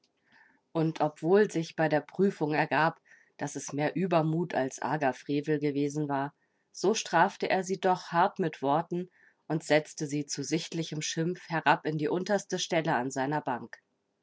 und obwohl sich bei der prüfung ergab daß es mehr übermut als arger frevel gewesen war so strafte er sie doch hart mit worten und setzte sie zu sichtlichem schimpf herab in die unterste stelle an seiner bank